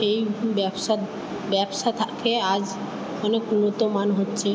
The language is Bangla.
এই ব্যবসা ব্যবসা থাকে আজ অনেক উন্নতমান হচ্ছে